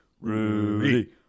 Rudy